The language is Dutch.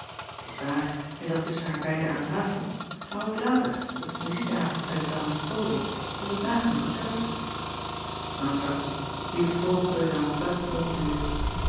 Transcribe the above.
t s waar hij zat tusschen haar beiden aan tafel maar ook later op het muziekavondje bij de ames rawley was het nagenoeg hetzelfde enfin